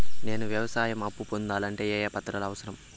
నేను వ్యవసాయం అప్పు పొందాలంటే ఏ ఏ పత్రాలు అవసరం?